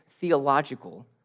theological